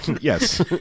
Yes